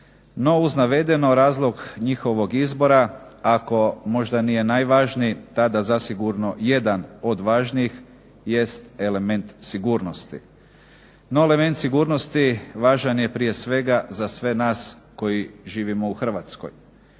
No uz navedeni razlog njihovog izbora ako možda nije najvažniji tada zasigurno jedan od važnijih jest element sigurnosti. No element sigurnosti važan je prije svega za sve nas koji živimo u Hrvatskoj.